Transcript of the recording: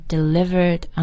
Delivered